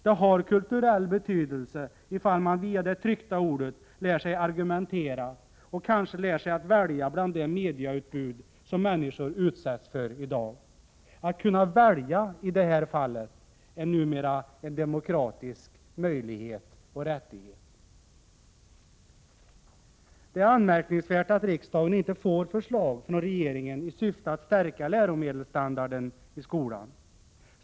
Det har kulturell betydelse, om man via det tryckta ordet lär sig argumentera, och kanske lär sig att välja bland det medieutbud som människor utsätts för i dag. Att kunna välja i detta fall är numera en demokratisk möjlighet och rättighet. Det är anmärkningsvärt att riksdagen inte får förslag från regeringen i syfte att stärka läromedelsstandarden i skolan.